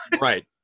Right